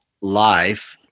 life